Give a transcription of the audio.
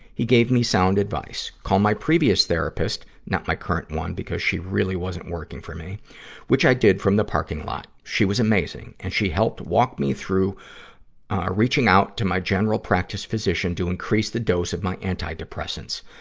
he gave me sound advice. called my previous therapist not my current one, because she really wasn't working for me which i did from the parking lot. she was amazing, and she helped walk me through ah reaching out to my general practice physician to increase the dose of my anti-depressants,